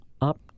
up